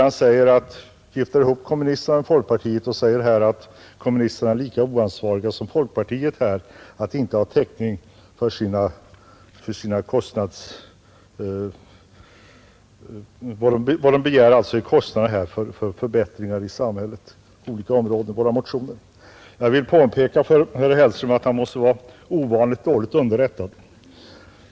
Han gifter ihop folkpartiet och kommunisterna och säger att kommunisterna är lika oansvariga som folkpartiet när det gäller att ha täckning för kostnaderna för de krav på förbättringar inom olika områden av samhället som vi för fram i våra motioner. Jag vill påpeka för herr Hellström att han måste vara ovanligt dåligt underrättad.